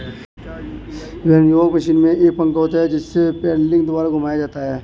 winnowing machine में एक पंखा होता है जिसे पेडलिंग द्वारा घुमाया जाता है